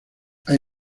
hay